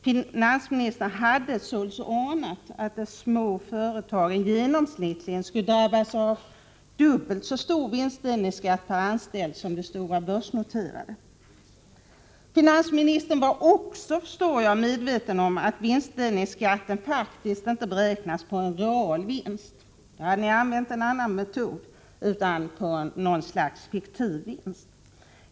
Finansministern anade således att de små företagen genomsnittligt skulle drabbas av dubbelt så stor vinstdelningskatt per anställd som de stora börsnoterade företagen. Finansministern var dessutom medveten om att vinstdelningsskatten faktiskt inte beräknas på en real vinst — då hade ni använt en annan metod — utan på något slags fiktiv vinst.